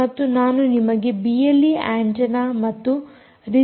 ಮತ್ತು ನಾನು ನಿಮಗೆ ಬಿಎಲ್ಈ ಆಂಟೆನ್ನ ಮತ್ತು ರಿಸಿವರ್ ಆಂಟೆನ್ನ ತೋರಿಸುತ್ತೇನೆ